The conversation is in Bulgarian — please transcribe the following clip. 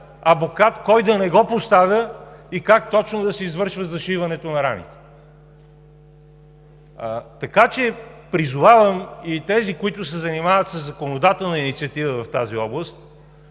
абокат, кой да не го поставя и как точно да се извършва зашиването на раните. Така че призовавам и тези, които се занимават със законодателна инициатива в тази област